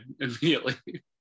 immediately